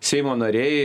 seimo nariai